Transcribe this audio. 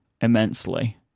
immensely